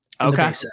Okay